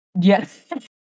Yes